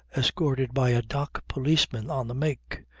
escorted by a dock policeman on the make,